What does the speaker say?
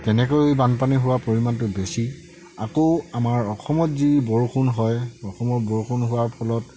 তেনেকৈ বানপানী হোৱা পৰিমাণটো বেছি আকৌ আমাৰ অসমত যি বৰষুণ হয় অসমৰ বৰষুণ হোৱাৰ ফলত